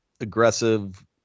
aggressive